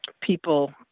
people